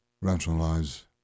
rationalize